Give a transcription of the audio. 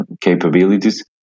capabilities